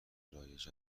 رایج